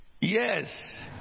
Yes